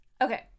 Okay